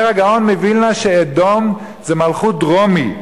אומר הגאון מווילנה שאדום זה מלכות רומי,